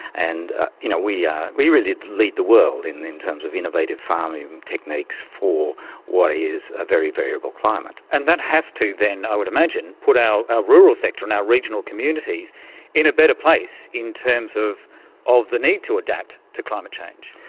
and you know we yeah we really lead the world in in terms of innovative farming techniques for what is a very variable climate. and that has to then, i would imagine, put our rural sector and our regional communities in a better place in terms of of the need to adapt to climate change?